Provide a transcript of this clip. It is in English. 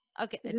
Okay